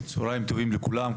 צוהריים טובים לכולם.